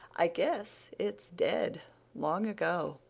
i guess it's dead long ago.